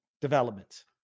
development